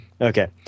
Okay